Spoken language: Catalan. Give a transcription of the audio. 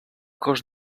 cost